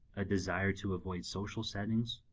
a desire to avoid social settings,